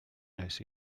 wnes